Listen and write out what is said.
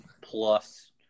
plus